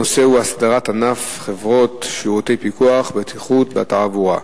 הנושא הוא: הסדרת ענף חברות שירותי פיקוח בטיחות בתעבורה.